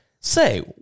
say